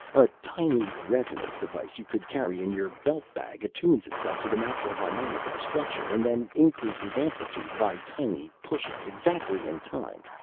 a tiny resonance device you could carry in your belt-bag attunes itself to the natural harmonic of a structure and then increases amplitude by tiny pushes exactly in time.